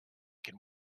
can